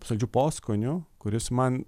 saldžiu poskoniu kuris man